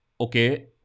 okay